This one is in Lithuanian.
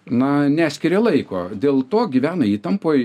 na neskiria laiko dėl to gyvena įtampoj